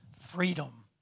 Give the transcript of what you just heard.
freedom